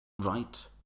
right